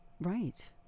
right